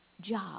job